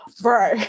Bro